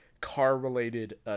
car-related